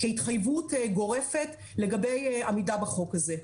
כהתחייבות גורפת לגבי עמידה בחוק הזה.